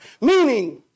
meaning